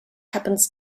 happens